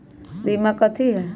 बीमा कथी है?